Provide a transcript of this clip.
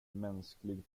mänsklig